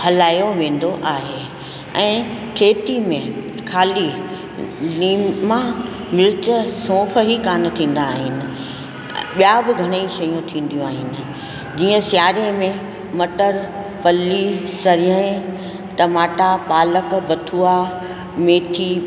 हलायो वेंदो आहे ऐं खेती में खाली लीमां मिर्च सौंफ ई कान पोखींदा आहिनि ॿिया बि घणई शयूं थींदियूं आहिनि जीअं सियारे में मटरु फ़ली सरियहें टमाटा पालक बथूआ मेथी